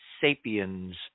sapiens